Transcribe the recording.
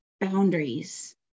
boundaries